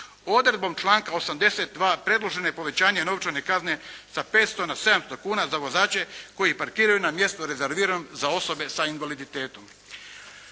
Odredbom članka 82. predloženo je povećanje novčane kazne sa 500 na 700 kuna za vozače koji parkiraju na mjesto rezervirano za osobe sa invaliditetom.